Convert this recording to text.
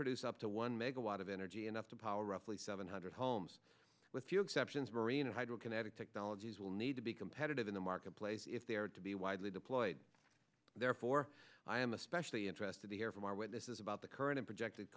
produce up to one megawatt of energy enough to power roughly seven hundred homes with few exceptions merino hydro kinetic technologies will need to be competitive in the marketplace if they are to be widely deployed therefore i am especially interested to hear from our witnesses about the current projected